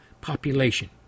population